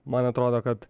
man atrodo kad